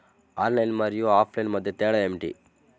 Online మరియు offline మధ్య తేడా ఏమిటీ?